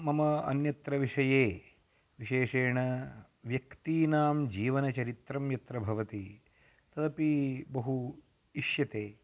मम अन्यत्र विषये विशेषेण व्यक्तीनां जीवनचरित्रं यत्र भवति तदपि बहु इष्यते